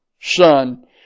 son